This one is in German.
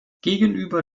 gegenüber